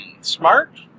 Smart